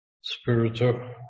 spiritual